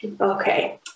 Okay